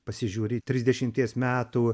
pasižiūri į trisdešimties metų